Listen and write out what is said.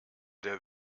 der